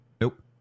Nope